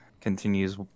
Continues